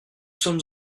sommes